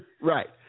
Right